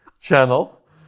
channel